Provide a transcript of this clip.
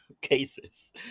cases